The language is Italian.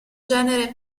genere